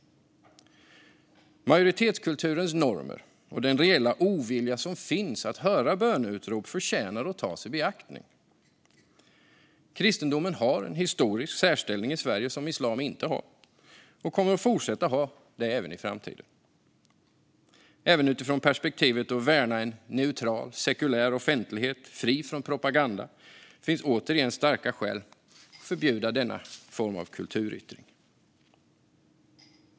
Majoritetskulturens normer och den reella ovilja som finns mot att höra böneutrop förtjänar att tas i beaktning. Kristendomen har en historisk särställning i Sverige som islam inte har och kommer att fortsätta ha det även i framtiden. Även utifrån perspektivet att värna en neutral, sekulär offentlighet fri från propaganda finns återigen starka skäl att förbjuda denna form av kulturyttring.